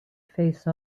face